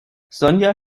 sonja